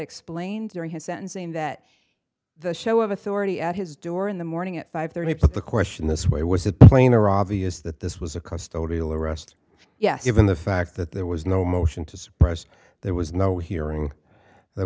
explained during his sentencing that the show of authority at his door in the morning at five thirty put the question this way was it plain or obvious that this was a custody battle or arrest yes given the fact that there was no motion to suppress there was no hearing there